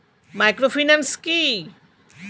Microfinance কি?